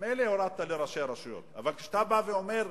מילא, הורדת לראשי רשויות, אבל כשאתה בא ואומר,